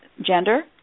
gender